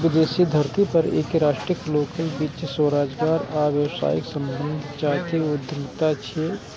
विदेशी धरती पर एके राष्ट्रक लोकक बीच स्वरोजगार आ व्यावसायिक संबंध जातीय उद्यमिता छियै